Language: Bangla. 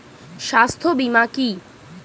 স্বাস্থ্য বীমা কি?